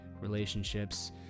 relationships